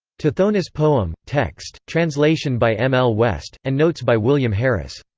tithonus poem, text, translation by m. l. west, and notes by william harris.